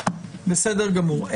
בסדר גמור.